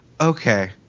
Okay